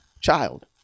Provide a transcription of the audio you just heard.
Child